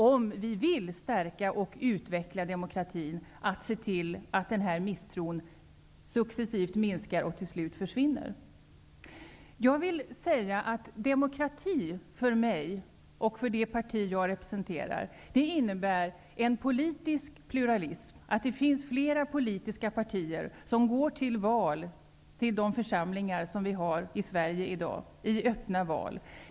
Om vi vill stärka och utveckla demokratin är det vår uppgift att se till att denna misstro successivt minskar och till slut försvinner. För mig, och det parti som jag representerar, innebär demokrati en politisk pluralism, att det finns flera politiska partier som går till öppna val till de församlingar som vi har i Sverige i dag.